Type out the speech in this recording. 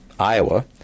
Iowa